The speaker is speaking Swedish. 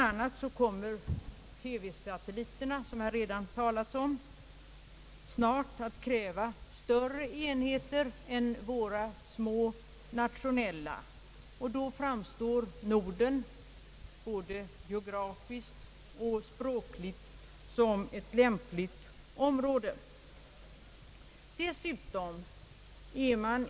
a. kommer TV-satelliterna, som det här redan har talats om, snart att kräva större enheter än våra små nationella, och då framstår Norden, både geografiskt och språkligt, som ett lämpligt område.